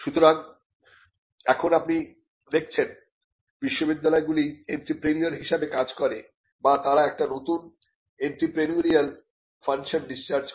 সুতরাং এখন আপনি দেখছেন বিশ্ববিদ্যালয়গুলি এন্ত্রেপ্রেনিউর হিসেবে কাজ করে বা তারা একটি নতুন এন্ত্রেপ্রেনিউরিয়াল ফাংশন ডিসচার্জ করে